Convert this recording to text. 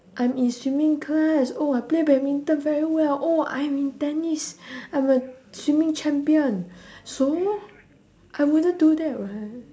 I'm in swimming class oh I play badminton very well oh I'm in tennis I'm a swimming champion so I wouldn't do that [what]